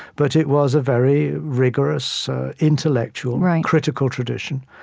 but it was a very rigorous intellectual, critical tradition.